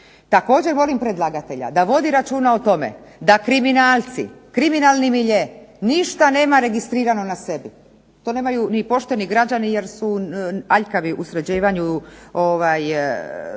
Također molim predlagatelja da vodi računa o tome da kriminalci, kriminalni milje ništa nema registrirano na sebi. To nemaju ni pošteni građani jer su aljkavi u sređivanju